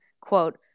quote